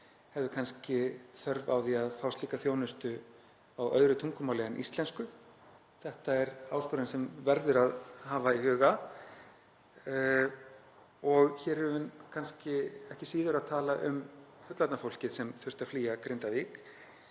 hefðu kannski þörf á því að fá slíka þjónustu á öðru tungumáli en íslensku. Þetta er áskorun sem verður að hafa í huga og hér erum við kannski ekki síður að tala um fullorðna fólkið sem þurfti að flýja Grindavík